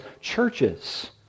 churches